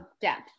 depth